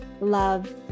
love